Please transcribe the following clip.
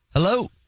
Hello